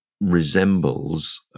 resembles